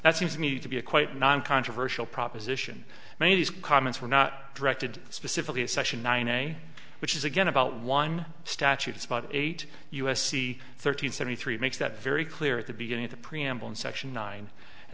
that seems to me to be a quite non controversial proposition made his comments were not directed specifically at section nine a which is again about one statute it's about eight us c thirteen seventy three makes that very clear at the beginning of the preamble in section nine